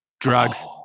Drugs